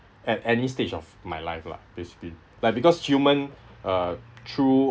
at any stage of my life lah basically but because human uh through